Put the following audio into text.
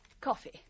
Coffee